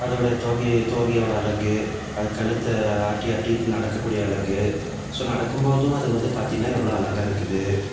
அதோட தோகை தோகையோட அழகு அது கழுத்தை ஆட்டி ஆட்டி கிட்டு நடக்கக்கூடிய அழகு ஸோ நடக்கும் போதும் அது வந்து பார்த்திங்கனா எவ்வளோ அழகா இருக்குது